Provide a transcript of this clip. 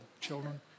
children